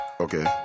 Okay